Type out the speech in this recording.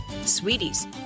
Sweeties